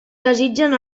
desitgen